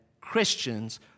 Christians